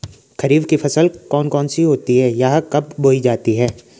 खरीफ की फसल कौन कौन सी होती हैं यह कब बोई जाती हैं?